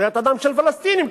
זכויות אדם של פלסטינים,